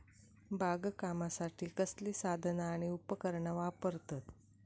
बागकामासाठी कसली साधना आणि उपकरणा वापरतत?